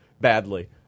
badly